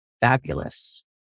fabulous